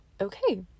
okay